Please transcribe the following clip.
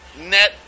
net